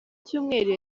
cyumweru